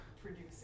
producing